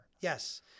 Yes